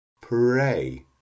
pray